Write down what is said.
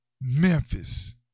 Memphis